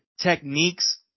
techniques